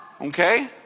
Okay